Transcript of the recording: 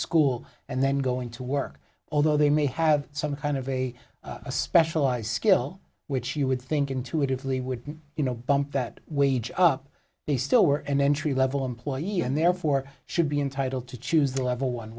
school and then going to work although they may have some kind of a specialized skill which you would think intuitively would you know bump that wage up they still were an entry level employee and therefore should be entitled to choose the level one